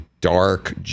dark